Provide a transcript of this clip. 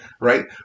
Right